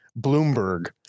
Bloomberg